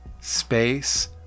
space